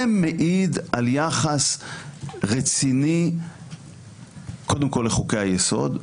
זה מעיד על יחס רציני קודם כל לחוקי היסוד,